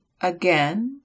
again